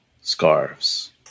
scarves